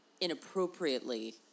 inappropriately